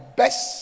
best